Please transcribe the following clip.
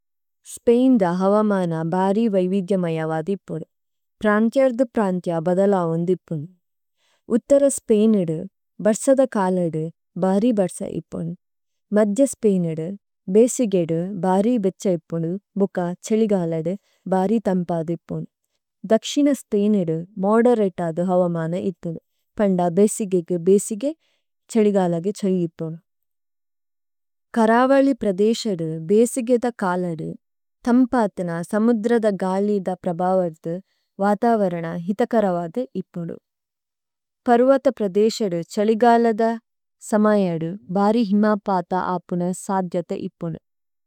സ്പേഇന്'ദ ഹവമന ബാരി വൈവിഗ്യമയ വധിപോരു। പ്രന്ത്യര്ദു പ്രന്ത്യ ബദല ഓന്ധിപുനു। ഉത്തര സ്പേഇന്'ദ ബര്സദ കാലദ ബാരി ബര്സ ഇപുനു। മദ്ജ സ്പേഇന്'ദ ബേസിഗേ'ദ ബാരി ബേഛ ഇപുനു। ഭുക ഛലിഗാലദ ബാരി തമ്പദിപുനു। ദക്ശിന സ്പേഇന്'ദ മോദേരതദ ഹവമന ഇപുനു। പന്ദ ബേസിഗേപേ ബേസിഗേ, ഛലിഗാലഗ ഛലി ഇപുനു। കരവലി പ്രദേശദു ബേസിഗേ'ദ കാലദു തമ്പദ്ന സമുദ്രദ ഗാലി'ദ പ്രബവര്ദു വദവരന ഹിതകരവദി ഇപുനു। പരുവഥ പ്രദേശദു ഛലിഗാലദ സമയദു ബാരി ഹിമപദ്ദ അപുന സാദ്യദ ഇപുനു।